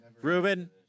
Ruben